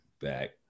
back